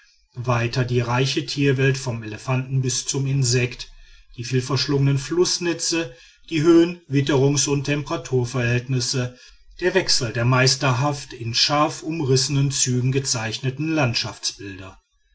weiter die reiche tierwelt vom elefanten bis zum insekt die vielverschlungenen flußnetze die höhen witterungs und temperaturverhältnisse der wechsel der meisterhaft in scharf umrissenen zügen gezeichneten landschaftsbilder